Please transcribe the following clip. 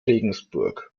regensburg